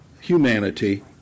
humanity